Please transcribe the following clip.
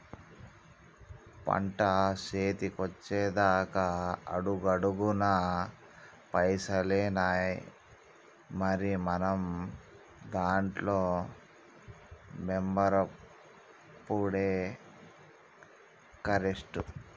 పంట సేతికొచ్చెదాక అడుగడుగున పైసలేనాయె, మరి మనం దాంట్ల మెంబరవుడే కరెస్టు